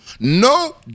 No